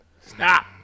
stop